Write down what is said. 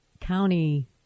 county